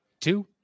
Two